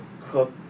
cook